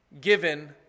given